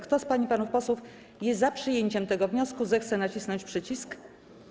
Kto z pań i panów posłów jest za przyjęciem tego wniosku, zechce nacisnąć przycisk.